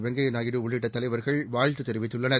வெங்கய்யா நாயுடு உள்ளிட்ட தலைவர்கள் வாழ்த்துத் தெரிவித்துள்ளனர்